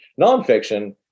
Nonfiction